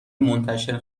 منتشر